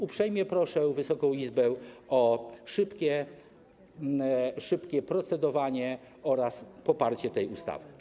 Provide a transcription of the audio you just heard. Uprzejmie proszę Wysoką Izbę o szybkie procedowanie oraz poparcie tej ustawy.